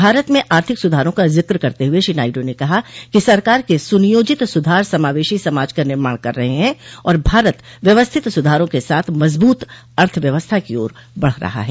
भारत में आर्थिक सुधारों का जिक्र करते हुए श्री नायडू ने कहा कि सरकार क सुनियोजित सुधार समावेशी समाज का निर्माण कर रहे हैं और भारत व्यवस्थित सुधारों के साथ मजबूत अर्थव्यवस्था की ओर बढ़ रहा है